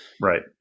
Right